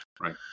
right